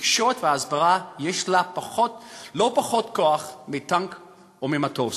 לתקשורת והסברה יש לא פחות כוח מטנק או ממטוס.